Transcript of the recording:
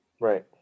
Right